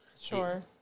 Sure